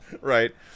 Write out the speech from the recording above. Right